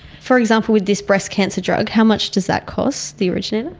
for example, with this breast cancer drug, how much does that cost, the originator?